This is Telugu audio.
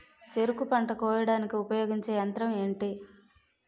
చెరుకు పంట కోయడానికి ఉపయోగించే యంత్రం ఎంటి?